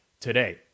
today